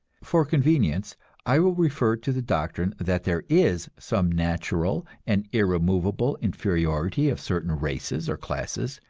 for convenience i will refer to the doctrine that there is some natural and irremovable inferiority of certain races or classes,